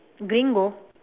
gringo